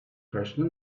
person